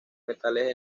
metales